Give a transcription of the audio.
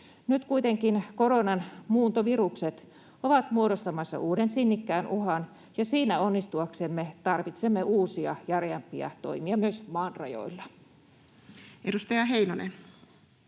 Nyt kuitenkin koronan muuntovirukset ovat muodostamassa uuden sinnikkään uhan, ja siinä onnistuaksemme tarvitsemme uusia, järeämpiä toimia myös maan rajoilla. Edustaja Heinonen.